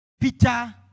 Peter